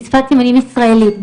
היא שפת סימנים ישראלית.